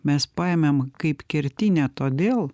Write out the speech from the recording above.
mes paėmėm kaip kertinę todėl